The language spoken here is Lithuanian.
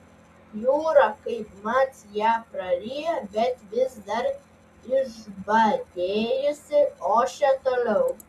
jūra kaipmat ją praryja bet vis dar išbadėjusi ošia toliau